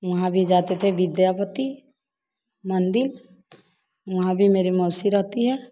वहाँ भी जाते थे विद्यापति मंदिर वहाँ भी मेरी मौसी रहती हैं